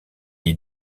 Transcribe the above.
est